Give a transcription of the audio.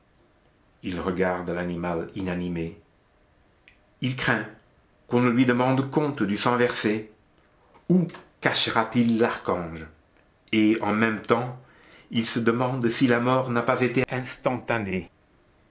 il regarde l'animal inanimé il craint qu'on ne lui demande compte du sang versé où cachera t il l'archange et en même temps il se demande si la mort n'a pas été instantanée